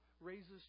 raises